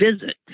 visit